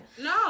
No